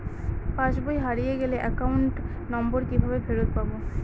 পাসবই হারিয়ে গেলে account number কিভাবে ফেরত পাব?